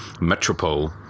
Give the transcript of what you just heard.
Metropole